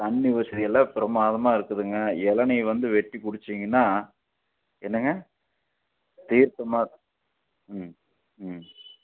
தண்ணி வசதியெல்லாம் பிரமாதமாக இருக்குதுங்க இளநீ வந்து வெட்டி குடிச்சுங்கன்னா என்னங்க தீர்த்தமா ம் ம்